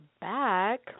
back